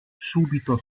subito